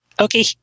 Okay